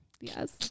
Yes